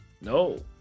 No